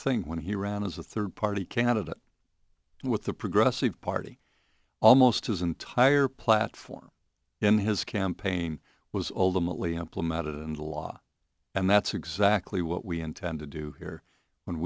thing when he ran as a third party candidate and with the progressive party almost his entire platform in his campaign was ultimately implemented and law and that's exactly what we intend to do here when